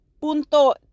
punto